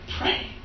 pray